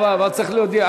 רק צריך להודיע.